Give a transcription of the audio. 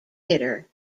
hitter